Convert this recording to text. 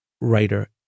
writer